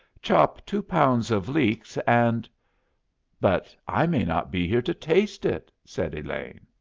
chop two pounds of leeks and but i may not be here to taste it, said elaine.